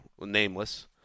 nameless